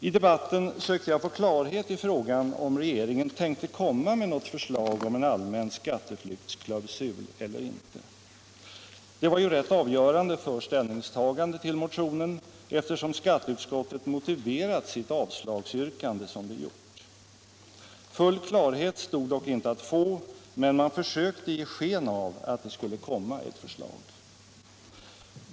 I debatten sökte jag få klarhet i frågan huruvida regeringen tänkte komma med något förslag om en allmän skatteflyktsklausul eller inte. Det var ju rätt avgörande för ställningstagandet till motionen, eftersom skatteutskottet motiverat sitt avslagsyrkande som det gjort. Full klarhet stod dock inte att få, men man försökte ge sken av att det skulle komma ett förslag.